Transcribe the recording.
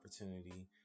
opportunity